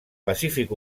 pacífic